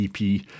EP